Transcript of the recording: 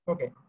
Okay